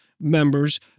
members